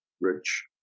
rich